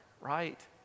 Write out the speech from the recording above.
right